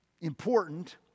important